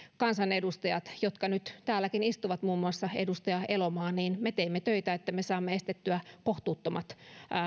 kansanedustajat joista nyt täälläkin istuu muun muassa edustaja elomaa teimme töitä että me saimme estettyä kohtuuttomat